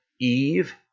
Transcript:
Eve